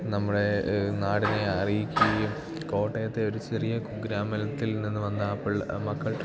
നമ്മുടെ നാടിനെ അറിയിക്കുകയും കോട്ടയത്തെ ഒരു ചെറിയ കുഗ്രാമത്തിൽ നിന്ന് വന്ന ആ പിള്ളേർ മക്കൾ